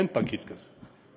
אין פקיד כזה.